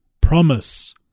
promise